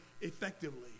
effectively